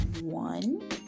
one